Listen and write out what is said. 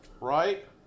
right